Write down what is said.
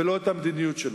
ולא את המדיניות שלנו.